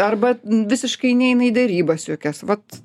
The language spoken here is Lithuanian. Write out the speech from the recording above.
arba visiškai neina į derybas jokias vat